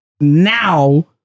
now